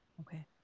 Okay